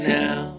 now